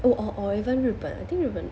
oh or or even 日本 I think 日本